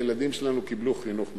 הילדים שלנו קיבלו חינוך מצוין.